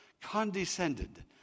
condescended